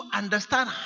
understand